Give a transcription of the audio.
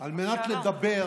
על מנת לדבר